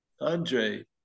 Andre